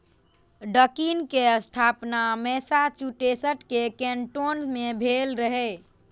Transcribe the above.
Dunkin के स्थापना Massachusetts के कैन्टोन मे भेल रहै